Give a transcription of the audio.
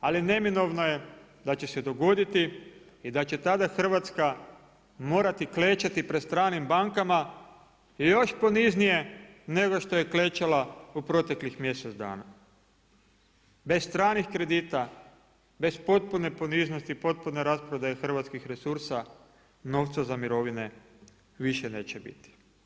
Ali neminovno je da će se dogoditi i da će tada Hrvatska morati klečati pred stranim bankama još poniznije nego što je klečala u proteklih mjesec dana bez stranih kredita, bez potpune poniznosti, bez potpune rasprodaje hrvatskih resursa novca za mirovine više neće biti.